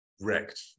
wrecked